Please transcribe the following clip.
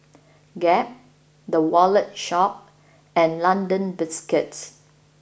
Gap The Wallet Shop and London Biscuits